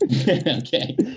Okay